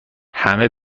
همه